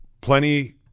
plenty